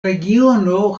regiono